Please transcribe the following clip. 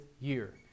year